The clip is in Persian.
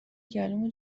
گلومو